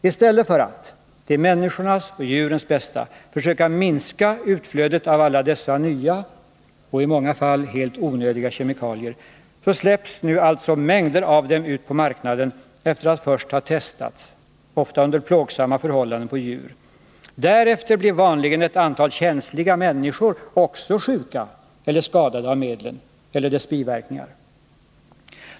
Istället för att till människornas bästa försöka minska utflödet av alla dessa nya —i många fall helt onödiga — kemikalier släpper man ut mängder av dem på marknaden efter att först ha testat dem, ofta under plågsamma förhållanden, på djur. Därefter blir vanligen ett antal känsliga människor Nr 17 också sjuka eller skadade av medlen eller deras biverkningar.